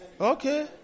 Okay